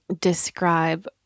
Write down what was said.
describe